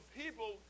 people